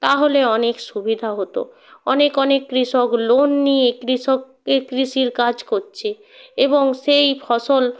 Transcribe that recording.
তাহলে অনেক সুবিধা হতো অনেক অনেক কৃষক লোন নিয়ে কৃষককে কৃষির কাজ করছে এবং সেই ফসল